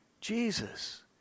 Jesus